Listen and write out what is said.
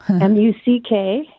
M-U-C-K